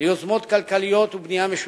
ליוזמות כלכליות ובנייה משותפת,